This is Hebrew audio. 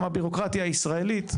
גם הבירוקרטיה הישראלית,